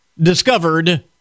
discovered